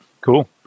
Cool